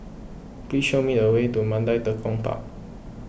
please show me the way to Mandai Tekong Park